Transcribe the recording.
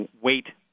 wait